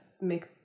make